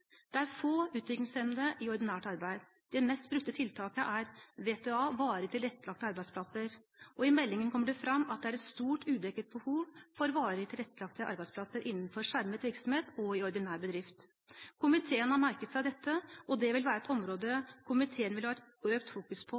Det er få utviklingshemmede i ordinært arbeid. Det mest brukte tiltaket er VTA, varig tilrettelagte arbeidsplasser. I meldingen kommer det fram at det er et stort udekket behov for varig tilrettelagte arbeidsplasser innenfor skjermet virksomhet og i ordinær bedrift. Komiteen har merket seg dette, og det vil være et område komiteen vil ha et økt fokus på